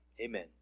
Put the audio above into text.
amen